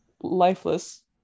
lifeless